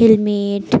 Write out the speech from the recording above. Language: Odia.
ହେଲମେଟ୍